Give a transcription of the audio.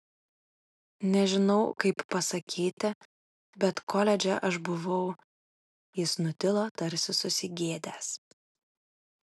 nežinau kaip pasakyti bet koledže aš buvau jis nutilo tarsi susigėdęs